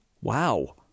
Wow